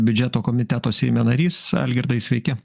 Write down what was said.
biudžeto komiteto seime narys algirdai sveiki